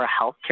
healthcare